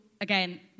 again